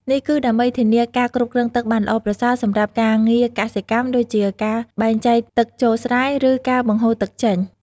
នេះគឺដើម្បីធានាការគ្រប់គ្រងទឹកបានល្អប្រសើរសម្រាប់ការងារកសិកម្ម ដូចជាការបែងចែកទឹកចូលស្រែ ឬការបង្ហូរទឹកចេញ។